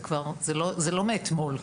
זה לא מאתמול.